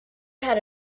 had